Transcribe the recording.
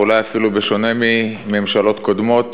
אולי אפילו בשונה מממשלות קודמות,